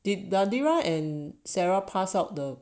the nadira and sarah passed out the